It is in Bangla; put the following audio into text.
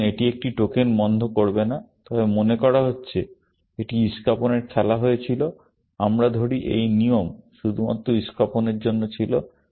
সুতরাং এটি এখানে টোকেন বন্ধ করবে না তবে মনে করা হচ্ছে এটি ইষ্কাপনের খেলা হয়েছিল আমরা ধরি এই নিয়ম শুধুমাত্র ইষ্কাপনের জন্য ছিল